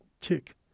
tick